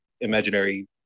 imaginary